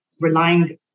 relying